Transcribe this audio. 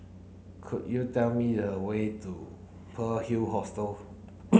could you tell me the way to Pearl's Hill Hostel